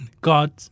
God